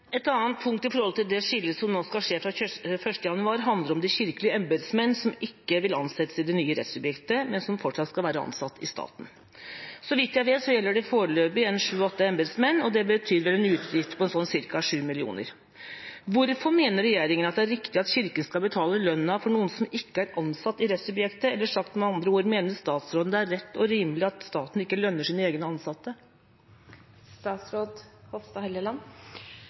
Et annet punkt i det skillet som nå skal skje fra 1. januar, handler om de kirkelige embetsmenn som ikke vil ansettes i det nye rettssubjektet, men som fortsatt skal være ansatt i staten. Så vidt jeg vet, gjelder det foreløpig sju–åtte embetsmenn, og det betyr vel en utgift på ca. 7 mill. kr. Hvorfor mener regjeringa at det er riktig at Kirken skal betale lønnen for noen som ikke er ansatt i rettssubjektet? Eller sagt med andre ord: Mener statsråden det er rett og rimelig at staten ikke lønner sine egne ansatte?